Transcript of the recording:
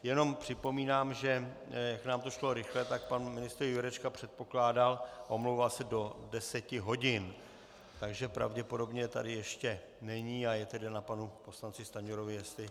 Jen připomínám, že, jak nám to šlo rychle, tak pan ministr Jurečka předpokládal, omlouval se do 10 hodin, takže pravděpodobně tady ještě není, a je tedy na panu poslanci Stanjurovi, jestli....